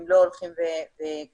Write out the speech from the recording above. אם לא הולכים וגדלים.